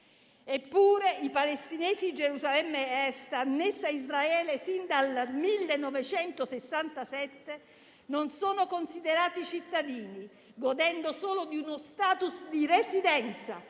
Eppure i palestinesi di Gerusalemme Est, annessa a Israele sin dal 1967, non sono considerati cittadini, godendo solo di uno *status* di residenti,